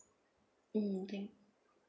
mm thank